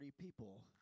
people